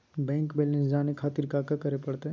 Bank balance जाने खातिर काका करे पड़तई?